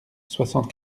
soixante